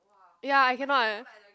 ya I cannot eh